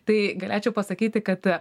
tai galėčiau pasakyti kad